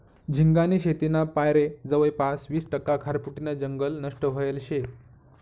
झिंगानी शेतीना पायरे जवयपास वीस टक्का खारफुटीनं जंगल नष्ट व्हयेल शे